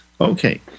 okay